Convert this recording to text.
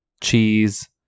cheese